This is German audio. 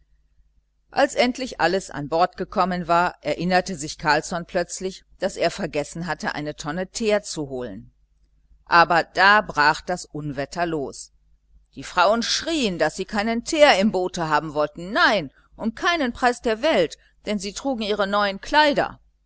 als endlich alles an bord gekommen war erinnerte sich carlsson plötzlich daß er vergessen hatte eine tonne teer zu holen aber da brach das unwetter los die frauen schrien daß sie keinen teer im boote haben wollten nein um keinen preis der welt denn sie trugen ihre neuen kleider